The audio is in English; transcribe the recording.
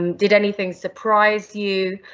um did anything surprise you,